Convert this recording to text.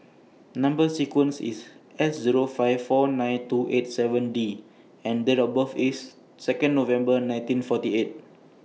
Number sequence IS S Zero five four nine two eight seven D and Date of birth IS Second November nineteen forty eight